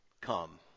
Come